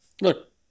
look